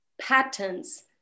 patterns